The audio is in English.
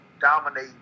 Dominate